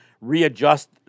readjust